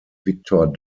viktor